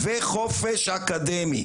וחופש אקדמי.